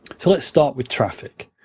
so let's start with traffic.